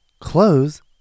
clothes